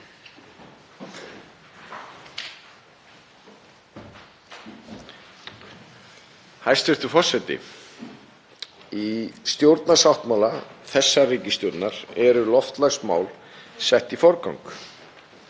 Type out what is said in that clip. Hæstv. forseti. Í stjórnarsáttmála þessarar ríkisstjórnar eru loftslagsmál sett í forgang.